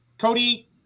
Cody